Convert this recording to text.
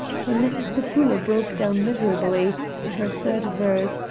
when mrs. petullo broke down miserably in her third verse,